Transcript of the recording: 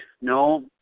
No